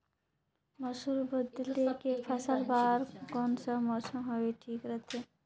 मसुर बदले के फसल बार कोन सा मौसम हवे ठीक रथे?